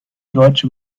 deutsche